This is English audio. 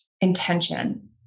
intention